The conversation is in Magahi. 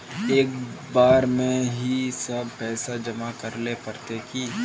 एक बार में ही सब पैसा जमा करले पड़ते की?